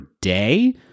day